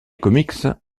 comics